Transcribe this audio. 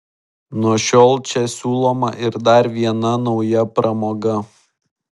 nuo šiol čia siūloma ir dar viena nauja pramoga